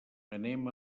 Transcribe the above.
anem